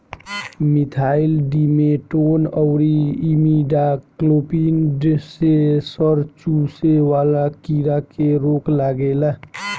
methyl demeton अउरी imidacloprid से रस चुसे वाला कीड़ा पे रोक लागेला